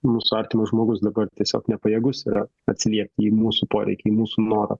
mūsų artimas žmogus dabar tiesiog nepajėgus yra atsiliepti į mūsų poreikį į mūsų norą